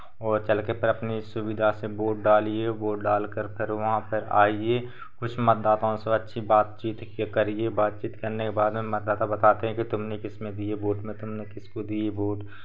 वो चलके पर अपनी सुविधा से वोट डालिए वोट डाल करकर वहाँ पर आइए कुछ मतदाताओं से अच्छी बातचीत के करिए बातचीत करने के बाद मातदाता बताते हैं कि तुमने किसमें दिए वोट तुमने किसको दिए वोट